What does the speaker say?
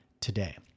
today